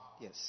Yes